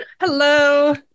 Hello